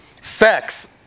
Sex